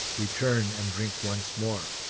return and drink once more.